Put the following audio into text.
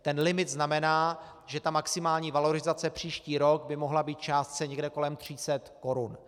Ten limit znamená, že maximální valorizace příští rok by mohla být v částce někde kolem 300 korun.